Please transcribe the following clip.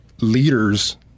leaders